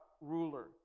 ruler